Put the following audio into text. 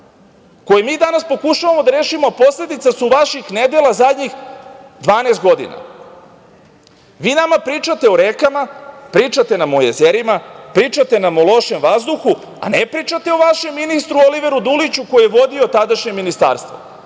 koje mi danas pokušavamo da rešimo a posledice su vaših nedela zadnjih 12 godina. Vi nama pričate o rekama, pričate nam o jezerima, pričate nam o lošem vazduhu, a ne pričate o vašem ministru Oliveru Duliću koji je vodio tadašnje ministarstvo.